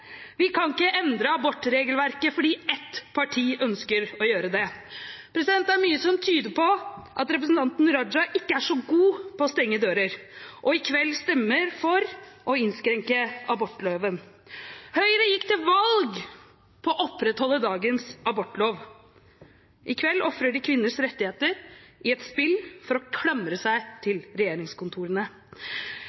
Vi kan ikke endre abortregelverket fordi ett parti ønsker å gjøre det.» Det er mye som tyder på at representanten Raja ikke er så god til å stenge dører – og i kveld stemmer for å innskrenke abortloven. Høyre gikk til valg på å opprettholde dagens abortlov. I kveld ofrer de kvinners rettigheter i et spill for å klamre seg